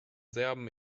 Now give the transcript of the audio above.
serben